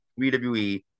WWE